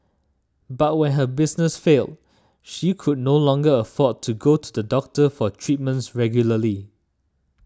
but when her business failed she could no longer afford to go to the doctor for treatments regularly